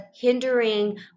hindering